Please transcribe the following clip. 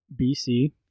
BC